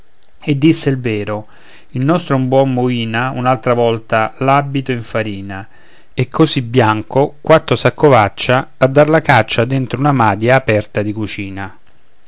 e disse il vero il nostro buon moina un'altra volta l'abito infarina e così bianco quatto s'accovaccia a dar la caccia dentro una madia aperta di cucina